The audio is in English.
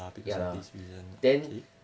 ya lah then